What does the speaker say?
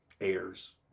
heirs